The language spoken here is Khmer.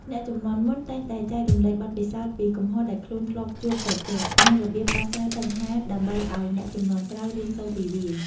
អ្នកជំនាន់មុនតែងតែចែករំលែកបទពិសោធន៍ពីកំហុសដែលខ្លួនធ្លាប់ជួបប្រទះ និងរបៀបដោះស្រាយបញ្ហាដើម្បីឱ្យអ្នកជំនាន់ក្រោយរៀនសូត្រពីវា។